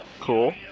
Cool